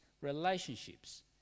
relationships